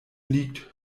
liegt